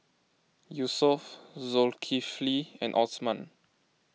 Yusuf Zulkifli and Osman